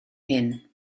hyn